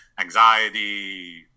anxiety